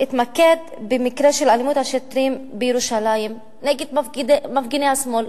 אני אתמקד במקרה של אלימות השוטרים בירושלים נגד מפגיני השמאל,